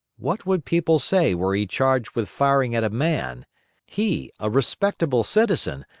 what would people say were he charged with firing at a man he, a respectable citizen,